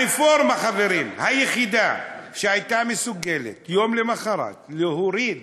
הרפורמה היחידה שהייתה מסוגלת יום למחרת להוריד